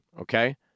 Okay